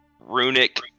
runic